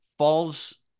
Falls